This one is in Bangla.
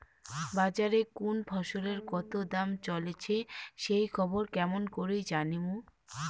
বাজারে কুন ফসলের কতো দাম চলেসে সেই খবর কেমন করি জানীমু?